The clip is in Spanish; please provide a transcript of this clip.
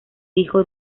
hijo